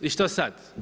I što sad?